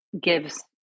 gives